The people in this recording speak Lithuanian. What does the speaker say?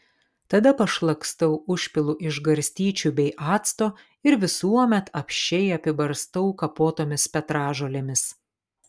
tada pašlakstau užpilu iš garstyčių bei acto ir visuomet apsčiai apibarstau kapotomis petražolėmis